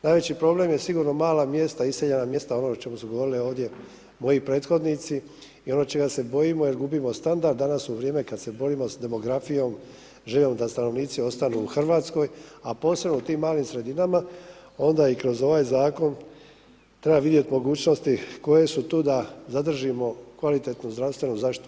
Najveći problem je sigurno mala mjesta, iseljena mjesta ono o čemu su govorili ovdje moji prethodnici i ono čega se bojimo jer gubimo standard, danas u vrijeme kad se borimo s demografijom, želimo da stanovnici ostanu u Hrvatskoj, a posebno u tim malim sredinama, onda i kroz ovaj zakon treba vidjeti mogućnosti koje su tu da zadržimo kvalitetnu zdravstvenu zaštitu.